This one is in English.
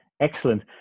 Excellent